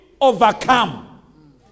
overcome